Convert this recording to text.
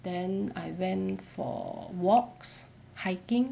then I went for walks hiking